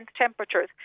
temperatures